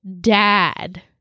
dad